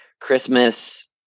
Christmas